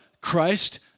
Christ